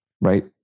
right